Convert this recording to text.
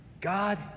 God